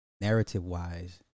narrative-wise